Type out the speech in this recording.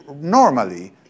normally